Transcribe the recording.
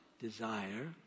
desire